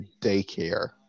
daycare